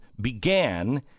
began